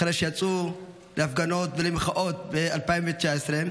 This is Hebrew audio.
אחרי שיצאו להפגנות ולמחאות ב-2019,